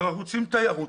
אם אנחנו רוצים תיירות,